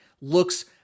looks